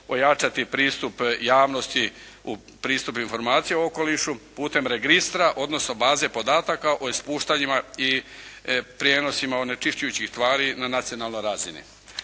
ojačati pristup javnosti u pristup informacija u okolišu putem registra, odnosno baze podataka o ispuštanjima i prijenosima onečišćujućih tvari na nacionalnoj razini.